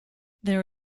there